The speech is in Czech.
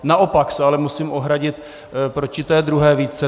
Naopak se ale musím ohradit proti té druhé výtce.